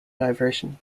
diversion